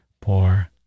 Poor